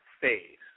phase